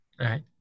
Right